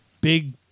big